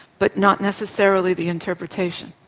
but not necessarily the interpretation.